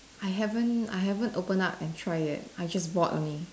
I haven't I haven't opened up and try yet I just bought only